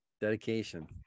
dedication